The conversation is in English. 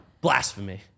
Blasphemy